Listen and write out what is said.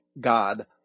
God